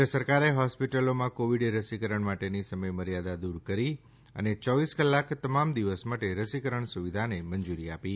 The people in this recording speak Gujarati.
કેન્દ્ર સરકારે હોસ્પીટલોમાં કોવિડ રસીકરણ માટેની સમયમર્યાદા દૂર કરી અને યોવીસ કલાક તમામ દિવસ માટે રસીકરણ સુવિધાને મંજૂરી આપી છે